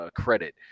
credit